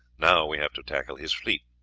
now we have to tackle his fleet.